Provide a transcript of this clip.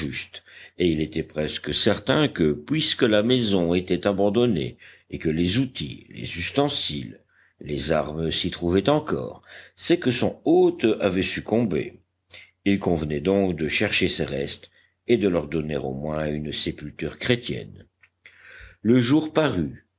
et il était presque certain que puisque la maison était abandonnée et que les outils les ustensiles les armes s'y trouvaient encore c'est que son hôte avait succombé il convenait donc de chercher ses restes et de leur donner au moins une sépulture chrétienne le jour parut